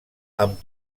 amb